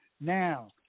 Now